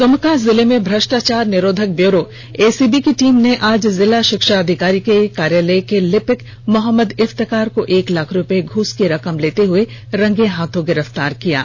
दुमका जिले में भ्रष्टाचार निरोधक ब्यूरो एसीबी की टीम ने आज जिला षिक्षा अधिकारी को कार्यालय के लिपिक मोहम्मद इफ्तेकार को एक लाख रुपये घूस की रकम लेते हुए रंगे हाथ गिरफतार किया है